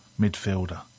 midfielder